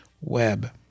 web